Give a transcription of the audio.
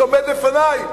שעומד לפני,